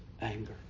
anger